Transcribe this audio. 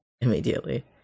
immediately